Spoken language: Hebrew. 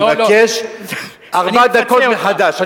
ואני מבקש ארבע דקות מחדש.